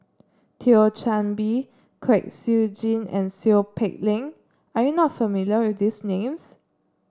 Thio Chan Bee Kwek Siew Jin and Seow Peck Leng are you not familiar with these names